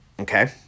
okay